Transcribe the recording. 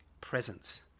presence